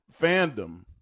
fandom